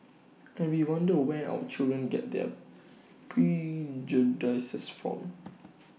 and we wonder where our children get their prejudices from